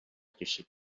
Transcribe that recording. کشید